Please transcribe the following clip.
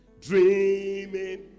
Dreaming